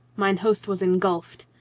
mine host was engulfed.